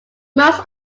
most